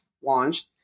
launched